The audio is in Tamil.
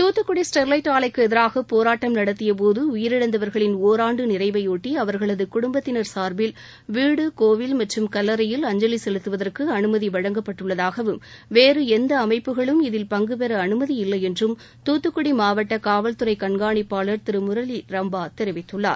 தூத்துக்குடி ஸ்டெர்லைட் ஆலைக்கு எதிராக போராட்டம் நடத்திய போது உயிரிழந்தவர்களின் ஒராண்டு நிறைவையொட்டி அவர்களது குடும்பத்தினர் சார்பில் வீடு கோவில் மற்றும் கல்லறையில் அஞ்சலி செலுத்துவதற்கு அனுமதி வழங்கப்பட்டுள்ளதாகவும் வேறு எந்த அமைப்புகளும் இதில் பங்குபெற அனுமதி இல்லை என்றும் தூத்துக்குடி மாவட்ட காவல்துறை கண்காணிப்பாளர் திரு முரளி ரம்பா தெரிவித்துள்ளார்